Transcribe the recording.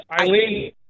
Eileen